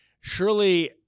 Surely